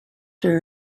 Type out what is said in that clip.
her